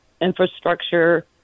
infrastructure